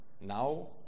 now